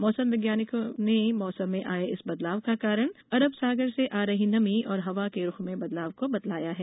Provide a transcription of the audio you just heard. मौसम वैज्ञानिकों ने मौसम में आये इस बदलाव का कारण अरब सागर से आ रही नमी और हवा के रूख में बदलाव को बताया है